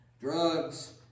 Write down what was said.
Drugs